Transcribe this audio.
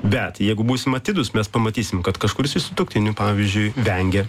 bet jeigu būsim atidūs mes pamatysim kad kažkuris iš sutuoktinių pavyzdžiui vengia